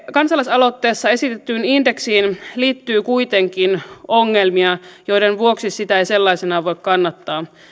kansalaisaloitteessa esitettyyn indeksiin liittyy kuitenkin ongelmia joiden vuoksi sitä ei sellaisenaan voi kannattaa